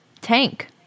Tank